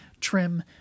trim